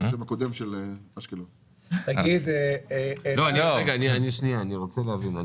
--- אני רוצה להבין.